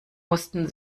mussten